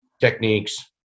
techniques